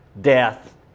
death